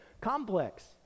complex